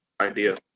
idea